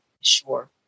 sure